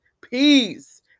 peace